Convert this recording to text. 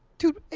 dude,